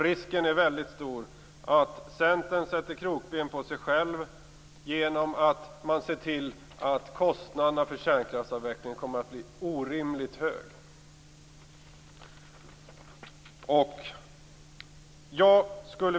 Risken är väldigt stor att Centern sätter krokben på sig själv genom att man ser till att kostnaderna för kärnkraftsavvecklingen kommer att bli orimligt höga.